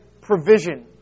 provision